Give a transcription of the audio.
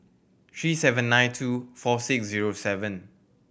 three seven nine two four six zero seven